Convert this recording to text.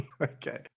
Okay